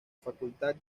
facultad